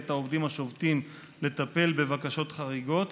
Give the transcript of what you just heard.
את העובדים השובתים לטפל בבקשות חריגות,